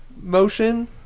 motion